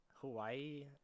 Hawaii